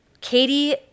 Katie